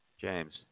James